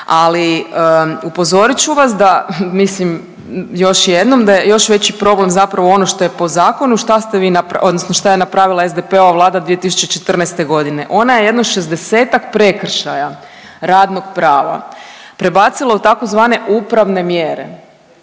ali upozorit ću vas da mislim još jednom da je još veći problem zapravo ono što je po zakonu šta ste vi napravili odnosno šta je napravila SDP-ova vlada 2014.g., ona je jedno 60-tak prekršaja radnog prava prebacila u tzv. upravne mjere